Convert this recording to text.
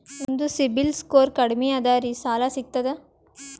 ನಮ್ದು ಸಿಬಿಲ್ ಸ್ಕೋರ್ ಕಡಿಮಿ ಅದರಿ ಸಾಲಾ ಸಿಗ್ತದ?